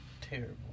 terrible